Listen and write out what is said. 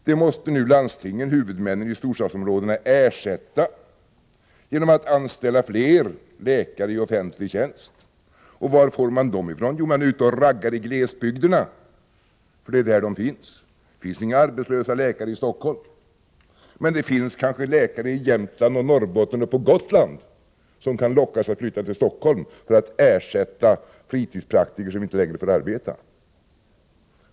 Det måste nu landstingen, huvudmännen i storstadsområdena, ersätta genom att anställa fler läkare i offentlig tjänst. Var får man dem ifrån? Jo, man är ute och raggar i glesbygderna, för det är där de finns. Det finns inga arbetslösa läkare i Stockholm, men det finns kanske läkare i Jämtland, i Norrbotten och på Gotland som kan lockas att flytta till Stockholm för att ersätta fritidspraktiker som inte längre får arbeta.